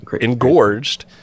engorged